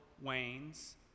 wanes